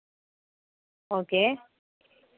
okay